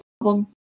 problem